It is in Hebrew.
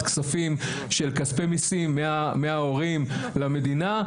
כספים של כספי מסים מההורים למדינה.